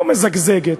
לא מזגזגת,